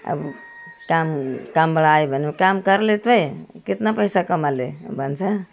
अब काम कामबाट आयो भने काम करले तोय कित्ना पैसा कमाले भन्छ